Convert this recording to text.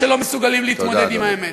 לא מסוגלים להתמודד עם האמת.